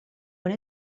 when